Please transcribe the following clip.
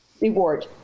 reward